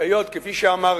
כפי שאמרתי,